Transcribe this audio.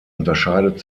unterscheidet